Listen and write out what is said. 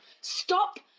Stop